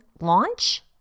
launch